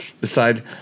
decide